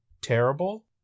terrible